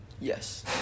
Yes